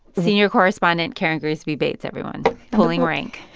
senior correspondent karen grigsby bates, everyone, pulling rank,